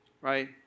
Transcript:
right